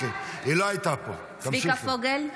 צביקה פוגל,